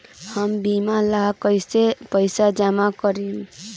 हम बीमा ला कईसे पईसा जमा करम?